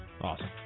Awesome